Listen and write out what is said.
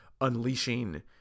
unleashing